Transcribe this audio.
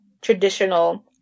traditional